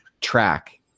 Track